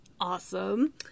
awesome